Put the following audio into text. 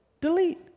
delete